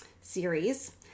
series